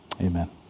Amen